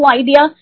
idea